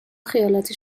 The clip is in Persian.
خیالاتی